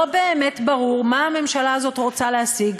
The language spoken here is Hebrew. לא באמת ברור מה הממשלה הזאת רוצה להשיג.